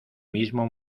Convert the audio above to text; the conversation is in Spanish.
mismo